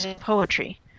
poetry